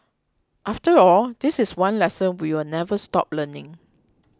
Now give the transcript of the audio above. after all this is one lesson we will never stop learning